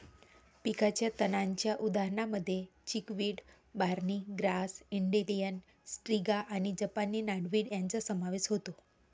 पिकाच्या तणांच्या उदाहरणांमध्ये chickweed, barnyard grass, dandelion, striga आणि जपानी नॉटवीड यांचा समावेश होतो